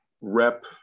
rep